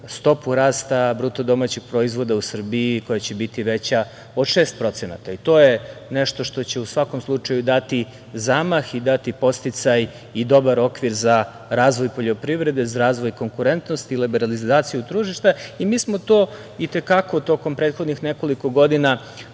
stopu rasta BDP u Srbiji koja će biti veća od 6%. To je nešto što će u svakom slučaju dati zamah i dati podsticaj i dobar okvir za razvoj poljoprivrede za razvoj konkurentnosti, liberalizaciju tržišta. Mi smo to i te kako tokom prethodnih nekoliko godina